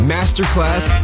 Masterclass